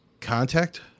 contact